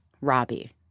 Robbie